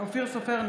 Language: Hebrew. בעד אופיר סופר,